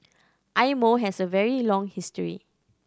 Eye Mo has a very long history